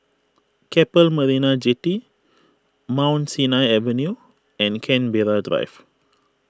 Keppel Marina Jetty Mount Sinai Avenue and Canberra Drive